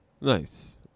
nice